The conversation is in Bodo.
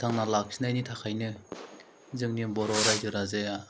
फोथांना लाखिनायनि थाखायनो जोंनि बर' रायजो राजाया